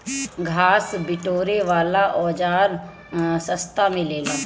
घास बिटोरे वाला औज़ार सस्ता मिलेला